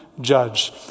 judge